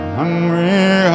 hungry